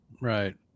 Right